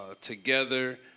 together